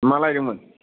मा लायदोंमोन